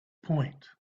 point